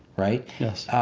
right. yes.